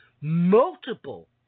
Multiple